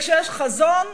וכשיש חזון,